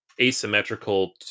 asymmetrical